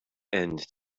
end